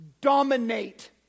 Dominate